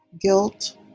Guilt